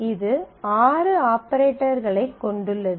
இது ஆறு ஆபரேட்டர்களைக் கொண்டுள்ளது